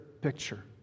picture